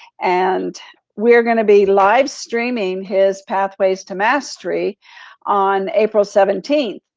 and we are gonna be live streaming his pathways to mastery on april seventeen.